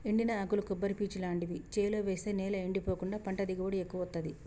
ఎండిన ఆకులు కొబ్బరి పీచు లాంటివి చేలో వేస్తె నేల ఎండిపోకుండా పంట దిగుబడి ఎక్కువొత్తదీ